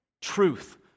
Truth